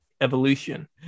evolution